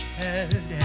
head